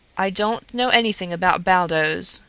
i don't know anything about baldos,